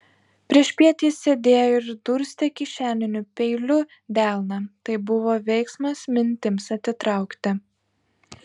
priešpiet jis sėdėjo ir durstė kišeniniu peiliu delną tai buvo veiksmas mintims atitraukti